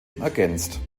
ergänzt